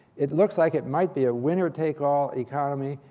it looks like it might be a winner-take-all economy,